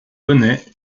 bonnet